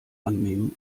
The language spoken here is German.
annehmen